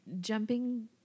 jumping